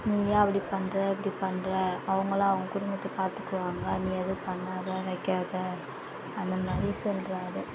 நீ ஏன் அப்படி பண்ணுற இப்படி பண்ணுற அவங்களா அவங்க குடும்பத்தை பார்த்துக்குவாங்க நீ எதுவும் பண்ணாத வைக்காத அந்த மாதிரி சொல்றார்